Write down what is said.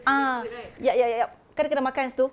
ah yup yup yup yup kan ada kedai makan kat situ